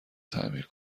تعمیر